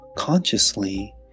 consciously